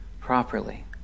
properly